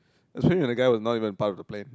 especially when the guy was not even a part of the plan